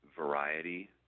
variety